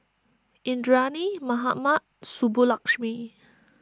Indranee Mahatma Subbulakshmi